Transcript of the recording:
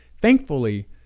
Thankfully